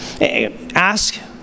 Ask